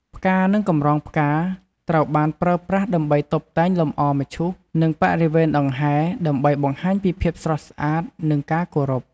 ផ្កា និងកម្រងផ្កា ត្រូវបានប្រើប្រាស់ដើម្បីតុបតែងលម្អមឈូស និងបរិវេណដង្ហែ ដើម្បីបង្ហាញពីភាពស្រស់ស្អាត និងការគោរព។